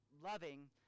loving